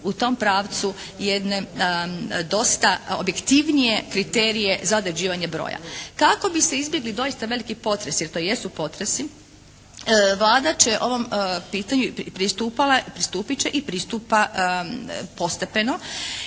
u tom pravcu jedne dosta objektivnije kriterije za određivanje broja. Kako bi se izbjegli doista veliki potresi, jer to jesu potresi Vlada će ovom pitanju pristupit će i pristupa postepeno.